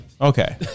Okay